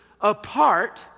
apart